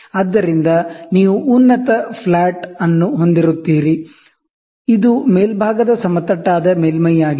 ಆದ್ದರಿಂದ ನೀವು ಉನ್ನತ ಫ್ಲಾಟ್ ಅನ್ನು ಹೊಂದಿರುತ್ತೀರಿ ಇದು ಮೇಲ್ಭಾಗದ ಸಮತಟ್ಟಾದ ಮೇಲ್ಮೈಯಾಗಿದೆ